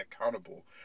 accountable